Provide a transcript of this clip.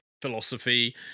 philosophy